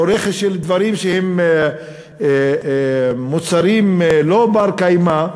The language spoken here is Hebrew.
או רכש של דברים שהם מוצרים לא בני-קיימא,